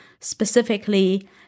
Specifically